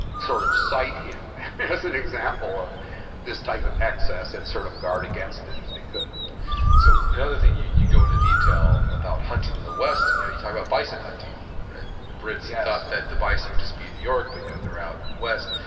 sort of site him as an example of this type of access, and sort of guard against it if they could so the other thing you you go into detail about hunting in the west, you know you talk about bison hunting, right? yes the brits yeah thought that the bison would just be in new york, but you know they're out west.